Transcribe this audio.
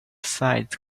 fight